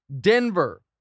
Denver